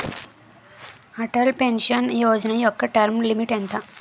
Atal pension Yojana యెక్క term limit ఎంత?